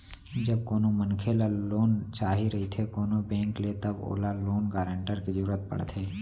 जब कोनो मनखे ल लोन चाही रहिथे कोनो बेंक ले तब ओला लोन गारेंटर के जरुरत पड़थे